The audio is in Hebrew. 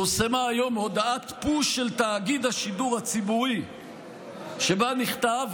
פורסמה היום הודעת פוש של תאגיד השידור הציבורי שבה נכתב,